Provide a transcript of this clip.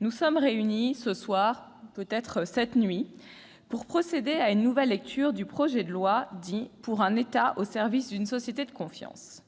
nos débats dans la nuit -pour procéder à une nouvelle lecture du projet de loi dit « pour un État au service d'une société de confiance ».